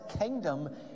kingdom